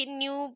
new